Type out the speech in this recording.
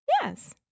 Yes